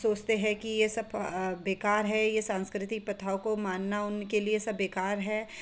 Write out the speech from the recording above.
सोचते हैं कि यह सब बेकार है यह सांस्कृतिक प्रथाओं को मानना उनके लिए सब बेकार है